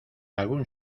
algún